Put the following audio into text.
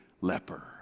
leper